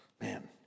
Man